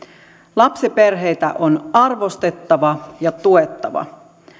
lapsiperheitä on arvostettava ja tuettava